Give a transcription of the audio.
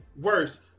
worse